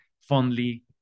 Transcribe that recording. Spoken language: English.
fondly